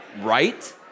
right